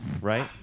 right